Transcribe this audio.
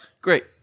Great